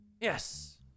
Yes